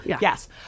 yes